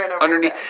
underneath